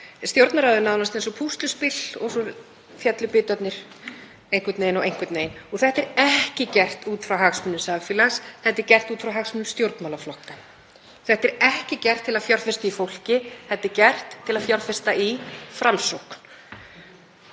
Stjórnarráðið upp nánast eins og púsluspil og svo féllu bitarnir einhvern veginn. Þetta er ekki gert út frá hagsmunum samfélags, þetta er gert út frá hagsmunum stjórnmálaflokka. Þetta er ekki gert til að fjárfesta í fólki, þetta er gert til að fjárfesta í Framsókn.